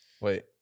Wait